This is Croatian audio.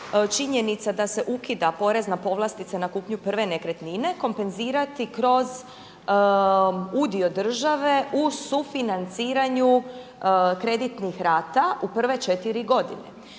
činjenica da se ukida porezna povlastica na kupnje prve nekretnine kompenzirati kroz udio države u sufinanciranju kreditnih rata u prve četiri godine.